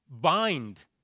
Bind